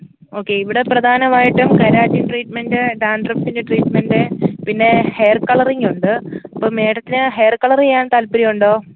okay ഇവിടെ പ്രധാനവായിട്ടും keratin treatment ഡാന്ഡ്രഫിന്റെ ട്രീറ്റ്മെന്റെ പിന്നെ ഹെയര് കളറിങ്ങോണ്ട് അപ്പം മേഡത്തിന് ഹെയര് കളറ് ചെയ്യാന് താല്പര്യം ഉണ്ടോ